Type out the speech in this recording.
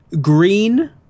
green